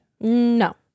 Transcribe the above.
No